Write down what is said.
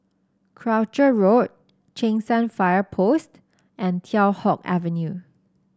Croucher Road Cheng San Fire Post and Teow Hock Avenue